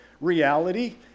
reality